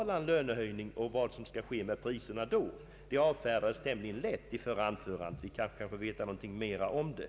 Jag fick inte heller besked om vad som skall ske med priserna då. Det avfärdades tämligen lätt i det förra anförandet. Vi kanske kan få veta något mera om det.